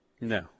No